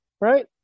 right